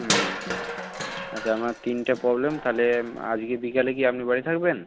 হুম আচ্ছা আপনার তিনটে প্রবলেম তাহলে আজকে বিকালে কি আপনি বাড়ি থাকবেন